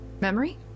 memory